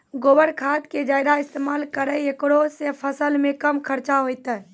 गोबर खाद के ज्यादा इस्तेमाल करौ ऐकरा से फसल मे कम खर्च होईतै?